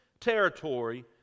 territory